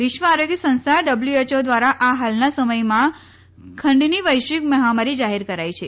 વિશ્વ આરોગ્ય સંસ્થા ડબલ્યુએચઓ ધ્વારા આ હાલના સમયમાં ખંડની વૈશ્વિક મહામારી જાહેરા કરાઇ છે